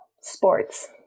sports